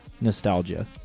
nostalgia